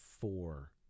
four